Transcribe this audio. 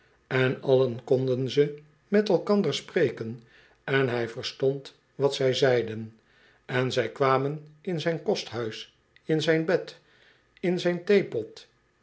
en allen konden ze met elkander spreken en hij verstond wat zij zeiden en zij kwamen in zijn kosthuis in zijn bed in zijn theepot